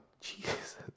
Jesus